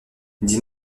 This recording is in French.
dis